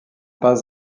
pas